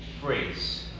phrase